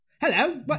Hello